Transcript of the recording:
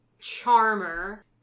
charmer